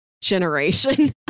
generation